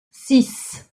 six